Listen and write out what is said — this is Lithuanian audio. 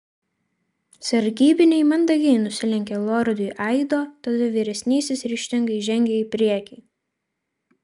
sargybiniai mandagiai nusilenkė lordui aido tada vyresnysis ryžtingai žengė į priekį